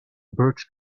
birch